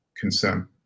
concern